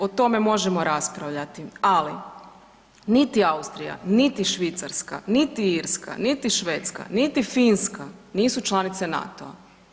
O tome možemo raspravljati, ali niti Austrija, niti Švicarska, niti Irska, niti Švedska, niti Finska, nisu članice NATO-a.